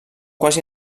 quasi